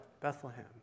Bethlehem